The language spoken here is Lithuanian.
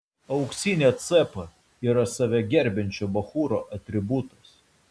auksinė cepa yra save gerbiančio bachūro atributas